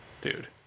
dude